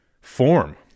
form